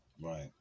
right